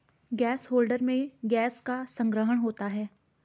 gas holder में gas का संग्रहण होता है